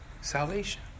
salvation